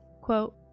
quote